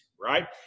right